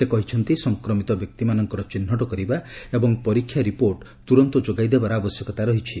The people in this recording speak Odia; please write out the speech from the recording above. ସେ କହିଛନ୍ତି ସଂକ୍ରମିତ ବ୍ୟକ୍ତିମାନଙ୍କର ଚିହ୍ନଟ କରିବା ଏବଂ ପରୀକ୍ଷା ରିପୋର୍ଟ ତୁରନ୍ତ ଯୋଗାଇ ଦେବାର ଆବଶ୍ୟକତା ରହିଛି